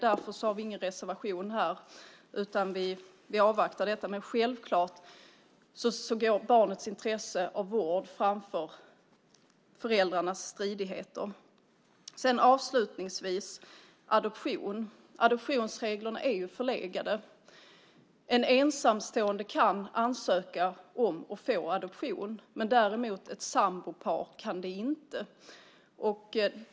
Därför har vi ingen reservation, utan vi avvaktar. Självklart går barnets intresse av att få vård före föräldrarnas stridigheter. Avslutningsvis har vi frågan om adoption. Adoptionsreglerna är förlegade. En ensamstående kan ansöka om och få adoptera. Däremot kan ett sambopar inte göra det.